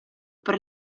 per